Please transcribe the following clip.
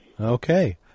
Okay